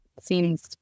seems